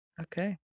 okay